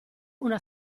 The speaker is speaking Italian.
una